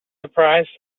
surprise